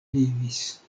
vivis